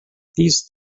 these